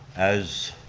as